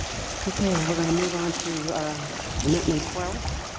okay we are going to move on to amendment twelve.